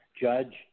Judge